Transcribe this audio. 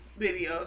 videos